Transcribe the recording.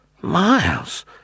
Miles